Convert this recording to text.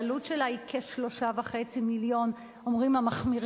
העלות שלה היא כ-3.5 מיליונים, אומרים המחמירים.